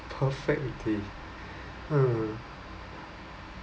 perfect day hmm